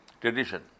tradition